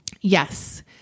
Yes